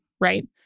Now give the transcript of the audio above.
right